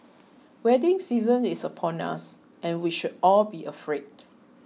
wedding season is upon us and we should all be afraid